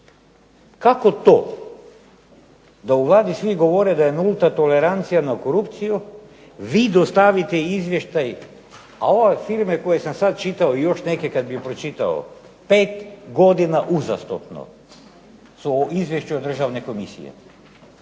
Kako to da u Vladi svi govore da je nulta tolerancija na korupciju, vi dostavite izvještaj, a ove firme koje sam sad čitao i još neke kad bi ih pročitao 5 godina uzastopno su u Izvješću od Državne komisije?